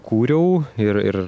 kūriau ir ir